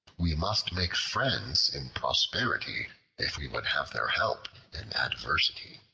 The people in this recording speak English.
we must make friends in prosperity if we would have their help in adversity.